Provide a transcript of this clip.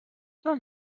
sag